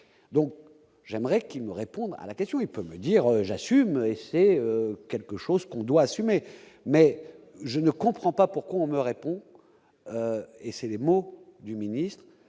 donc j'aimerais qu'ils me répondent à la question et peut me dire j'assume et c'est quelque chose qu'on doit assumer, mais je ne comprends pas pourquoi on me répond, et c'est les mots du ministre